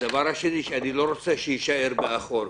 הדבר השני שאני לא רוצה שיישאר מאחור,